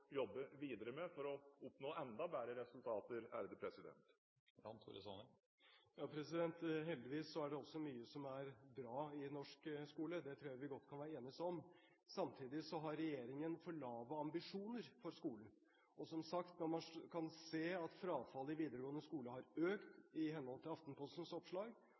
jobbe videre med for å oppnå enda bedre resultater. Heldigvis er det også mye som er bra i norsk skole. Det tror jeg godt vi kan enes om. Samtidig har regjeringen for lave ambisjoner for skolen. Som sagt: Når man kan se at frafallet i videregående skole har økt, i henhold til Aftenpostens oppslag,